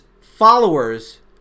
followers